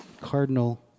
Cardinal